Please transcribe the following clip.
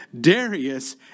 Darius